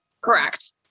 Correct